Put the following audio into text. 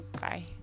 bye